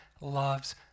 loves